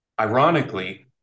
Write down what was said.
ironically